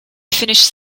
finished